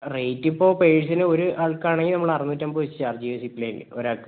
rate ഇപ്പോൾ person ഒരു ആൾക്കാണെങ്കിൽ നമ്മൾ അറുനൂറ്റമ്പത് വെച്ച് ചാർജ്ജ് ചെയ്യും സിപ്പ് ലൈനിൽ ഒരാൾക്ക്